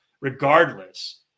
regardless